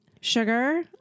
Sugar